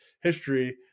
history